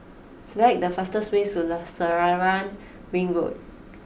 select the fastest way Selarang Ring Road